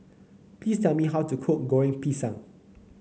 please tell me how to cook Goreng Pisang